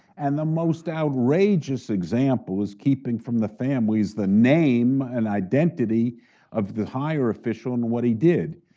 and the most outrageous example is keeping from the families the name and identity of the higher official and what he did.